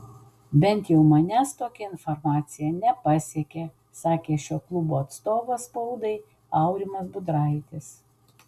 bent jau manęs tokia informacija nepasiekė sakė šio klubo atstovas spaudai aurimas budraitis